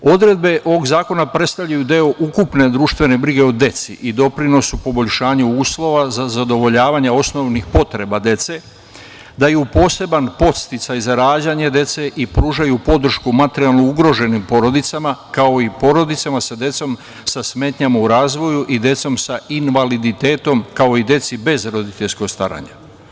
Odredbe ovog zakona predstavljaju deo ukupne društvene brige o deci i doprinosi poboljšanja uslova za zadovoljavanje osnovnih potreba dece, daju poseban podsticaj za rađanje dece i pružaju podršku materijalno ugroženim porodicama, kao i porodicama sa decom sa smetnjama u razvoju i decom sa invaliditetom, kao i deci bez roditeljskog staranja.